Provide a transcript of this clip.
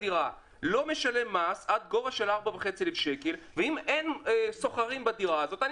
לא משלם מס עד גובה של 4,500 שקל ואם אין שוכרים בדירה,